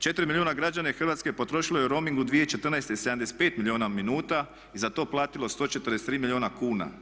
4 milijuna građana Hrvatske potrošilo je roaming u 2014. 75 milijuna minuta i za to platilo 143 milijuna kuna.